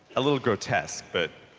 a little grotesque but,